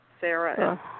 Sarah